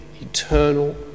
eternal